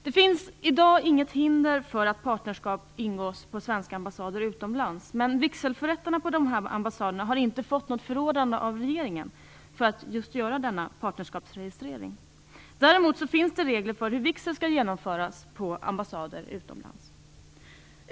Det finns i dag inget hinder för att partnerskap ingås på svenska ambassader utomlands, men vigselförättarna på dessa ambassader har inte fått något förordnande av regeringen för att förrätta partnerskapsregistrering. Däremot finns det regler för hur vigsel skall genomföras på ambassader utomlands.